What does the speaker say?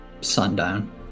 sundown